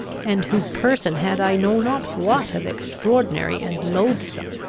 and whose person had i know not what of extraordinary and loathsome.